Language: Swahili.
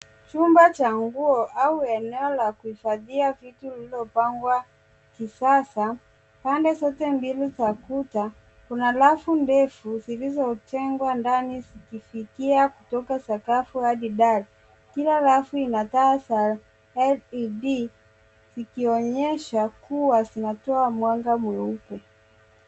Chumba cha nguo au eneo la kuhifadhia vitu lililo pangwa kisasa pande zote mbili za kuta kuna rafu ndefu zilizo jengwa ndani zikifikia kutoka sakafu hadi dari kila rafu ina taa za LED zikionyesha kuwa zinatoa mwanga mweupe.